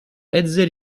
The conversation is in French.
hetzel